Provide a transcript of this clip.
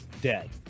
dead